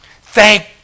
Thank